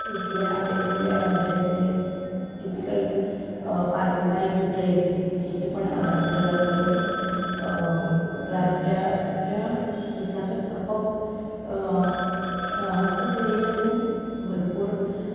इथल्या वेगवेगळ्या राज्यातले टिपिकल पारंपारिक ड्रेस ह्याचं पण आदानप्रदान करून राज्याच्या विकासात आपोआप क हस्तकलेच्या थ्रू भरपूर